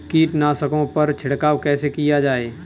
कीटनाशकों पर छिड़काव कैसे किया जाए?